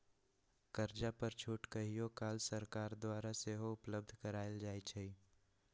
कर्जा पर छूट कहियो काल सरकार द्वारा सेहो उपलब्ध करायल जाइ छइ